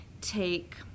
take